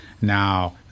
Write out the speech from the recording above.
now